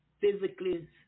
physically